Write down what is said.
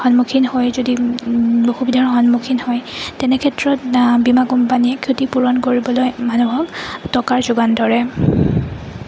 সন্মুখীন হয় যদি অসুবিধাৰ সন্মুখীন হয় তেনে ক্ষেত্ৰত বীমা কোম্পানীয়ে ক্ষতি পূৰণ কৰিবলৈ মানুহক টকাৰ যোগান ধৰে